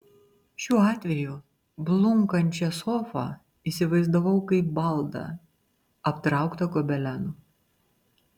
šiuo atveju blunkančią sofą įsivaizdavau kaip baldą aptrauktą gobelenu